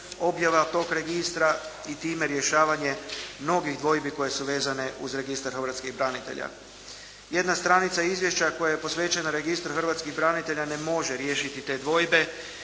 objava tog registra i time rješavanje mnogih dvojbi koje su vezane uz registar hrvatskih branitelja. Jedna stranica izvješća koja je posvećena registru hrvatskih branitelja ne može riješiti te dvojbe